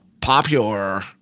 popular